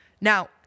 Now